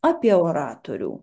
apie oratorių